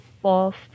Fourth